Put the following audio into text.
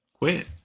quit